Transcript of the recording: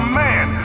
man